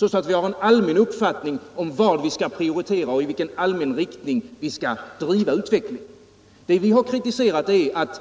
Vi bör alltså få en allmän uppfattning om vad vi skall prioritera och i vilken riktning vi skall driva utvecklingen. Vad vi kritiserat är att